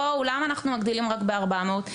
למה אנחנו מגדילים רק ב-400?